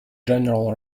general